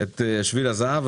שביל הזהב.